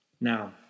Now